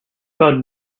about